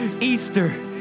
Easter